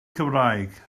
cymraeg